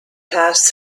passed